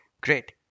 Great